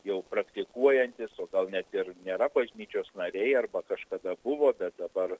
jau praktikuojantys o gal net ir nėra bažnyčios nariai arba kažkada buvo bet dabar